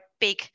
big